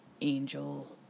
angel